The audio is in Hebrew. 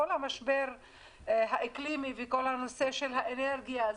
כל משבר אקלימי והנושא של האנרגיה,